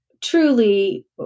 Truly